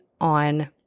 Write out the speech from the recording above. on